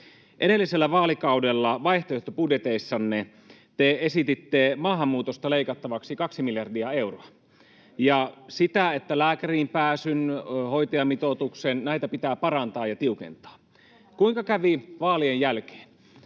Edellisellä vaalikaudella vaihtoehtobudjeteissanne te esititte maahanmuutosta leikattavaksi kaksi miljardia euroa ja sitä, että lääkäriin pääsyä ja hoitajamitoitusta pitää parantaa ja tiukentaa. Kuinka kävi vaalien jälkeen?